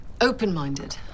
open-minded